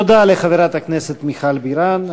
תודה לחברת הכנסת מיכל בירן,